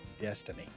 destiny